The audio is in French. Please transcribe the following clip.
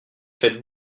faites